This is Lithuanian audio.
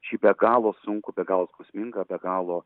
šį be galo sunku be galo skausmingą be galo